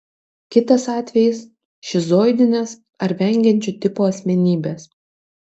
kitas atvejis šizoidinės ar vengiančio tipo asmenybės